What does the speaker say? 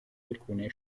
alcune